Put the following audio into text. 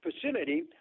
facility